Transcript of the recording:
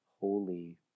holy